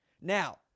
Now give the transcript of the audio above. Now